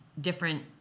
different